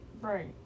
right